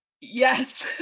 Yes